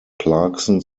clarkson